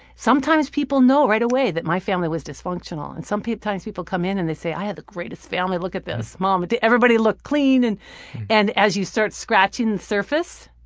sometimes people know right away that my family was dysfunctional. and sometimes people come in and they say i had the greatest family. look at this. mom, and everybody looked clean, and then and as you start scratching the surface,